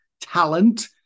talent